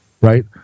Right